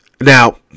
now